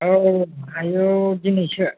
औ औ आयु दिनैसो